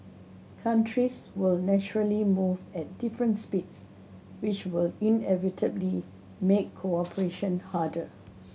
countries will naturally move at different speeds which will inevitably make cooperation harder